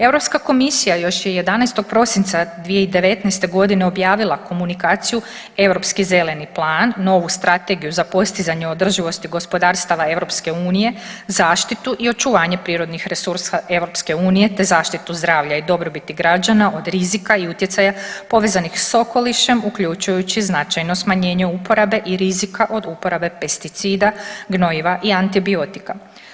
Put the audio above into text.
Europska komisija još je 11. prosinca 2019. godine objavila komunikaciju Europski zeleni plan, novu Strategiju za postizanje održivosti gospodarstava EU, zaštitu i očuvanje prirodnih resursa EU, te zaštitu zdravlja i dobrobiti građana od rizika i utjecaja povezanih sa okolišem uključujući značajno smanjenje uporabe i rizika od uporabe pesticida, gnojiva i antibiotika.